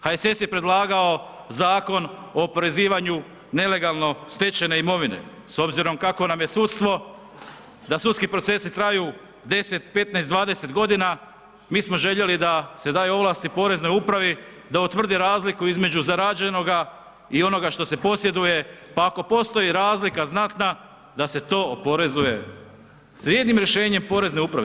HSS je predlagao Zakon o oporezivanju nelegalno stečene imovine s obzirom kakvo nam je sudstvo da sudski procesi traju 10, 15, 20 godina mi smo željeli da se daju ovlasti poreznoj upravi da utvrdi razliku između zarađenoga i onoga što se posjeduje, pa ako postoji razlika znatna da se to oporezuje, sa jednim rješenjem porezne uprave.